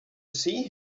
see